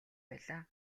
байлаа